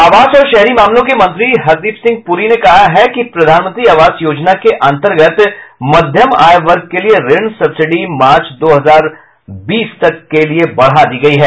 आवास और शहरी मामलों के मंत्री हरदीप सिंह पुरी ने कहा है कि प्रधानमंत्री आवास योजना के अंतर्गत मध्यम आय वर्ग के लिए ऋण सब्सिडी मार्च दो हजार बीस तक के लिए बढ़ा दी गई है